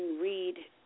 read